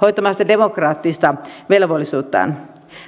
hoitamasta demokraattista velvollisuuttaan